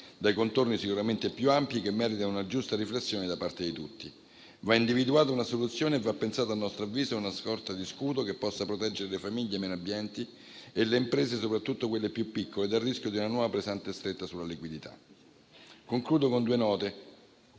dai contorni sicuramente più ampi e che merita una giusta riflessione da parte di tutti. Va individuata una soluzione e va pensato, a nostro avviso, una sorta di scudo che possa proteggere le famiglie meno abbienti e le imprese, soprattutto quelle più piccole, dal rischio di una nuova pesante stretta sulla liquidità. Concludo con due note,